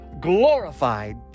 glorified